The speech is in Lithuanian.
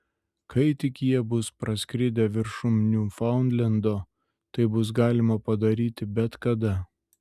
kai tik jie bus praskridę viršum niufaundlendo tai bus galima padaryti bet kada